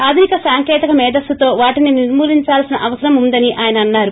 ఆధునిక సాంకేతిక మెధస్సుతో వాటిని నిర్మూ లించాల్సిన అవసరం ఉందని ఆయన చెప్పారు